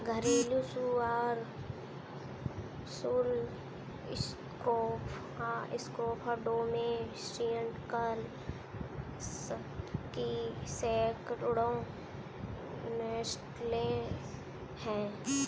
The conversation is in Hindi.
घरेलू सुअर सुस स्क्रोफा डोमेस्टिकस की सैकड़ों नस्लें हैं